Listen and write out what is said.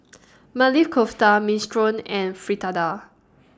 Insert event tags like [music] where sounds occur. [noise] Maili Kofta Minestrone and Fritada